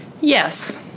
yes